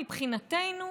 מבחינתנו,